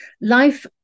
life